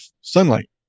sunlight